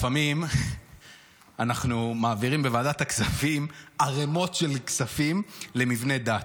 לפעמים אנחנו מעבירים בוועדת הכספים ערמות של כספים למבני דת.